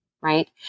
right